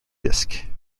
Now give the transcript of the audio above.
disc